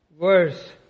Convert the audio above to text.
verse